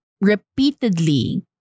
repeatedly